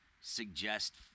suggest